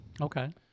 Okay